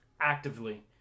actively